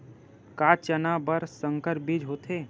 का चना बर संकर बीज होथे?